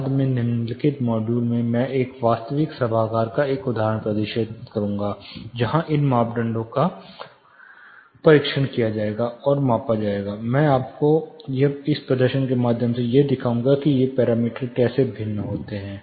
बाद में निम्नलिखित मॉड्यूल में मैं एक वास्तविक सभागार का एक उदाहरण प्रदर्शित करूंगा जहां इन मापदंडों का परीक्षण किया गया और मापा गया मैं आपको एक प्रदर्शन के माध्यम से दिखाऊंगा कि ये पैरामीटर कैसे भिन्न हैं